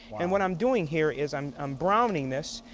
and when i'm doing here is i'm i'm browning this.